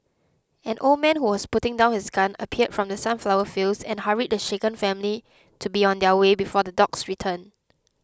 an old man who was putting down his gun appeared from the sunflower fields and hurried the shaken family to be on their way before the dogs return